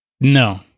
No